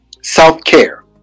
self-care